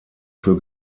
für